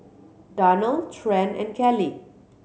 Darnell Trent and Kellie